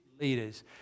leaders